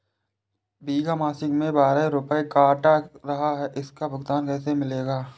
बीमा मासिक में बारह रुपय काट रहा है इसका भुगतान कैसे मिलेगा?